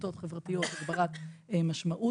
רשתות חברתיות והגברת משמעות,